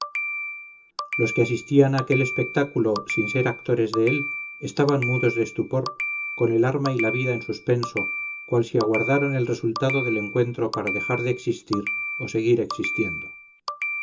los que asistían a aquel espectáculo sin ser actores de él estaban mudos de estupor con el alma y la vida en suspenso cual si aguardaran el resultado del encuentro para dejar de existir o seguir existiendo